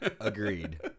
Agreed